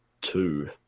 two